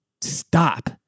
stop